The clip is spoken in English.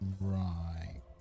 Right